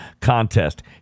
Contest